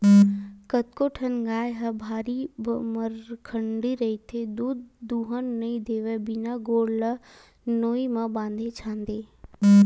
कतको ठन गाय ह भारी मरखंडी रहिथे दूद दूहन नइ देवय बिना गोड़ ल नोई म बांधे छांदे